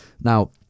Now